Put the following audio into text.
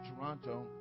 Toronto